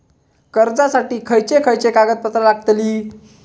कर्जासाठी खयचे खयचे कागदपत्रा लागतली?